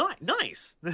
Nice